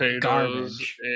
garbage